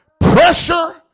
Pressure